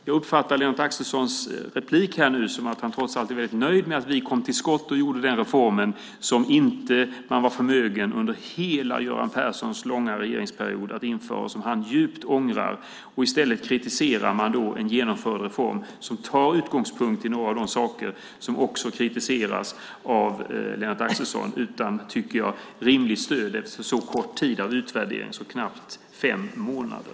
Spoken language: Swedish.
Jag uppfattade Lennart Axelssons senaste inlägg som att han trots allt är väldigt nöjd med att vi kom till skott och gjorde den reform som man inte var förmögen att införa under hela Göran Perssons långa regeringsperiod, vilket han djupt ångrar. I stället kritiserar man en genomförd reform som tar sin utgångspunkt i några av de saker som också kritiseras av Lennart Axelsson, utan rimligt stöd efter så kort tid av utvärdering, alltså knappt fem månader.